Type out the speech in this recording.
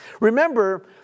Remember